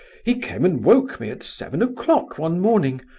he came and woke me at seven o'clock one morning.